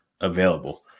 available